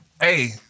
Hey